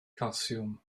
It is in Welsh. calsiwm